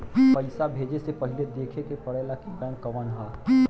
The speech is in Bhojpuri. पइसा भेजे से पहिले देखे के पड़ेला कि बैंक कउन ह